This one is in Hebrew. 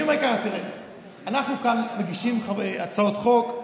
אני אומר ככה: אנחנו כאן מגישים הצעות חוק,